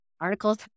articles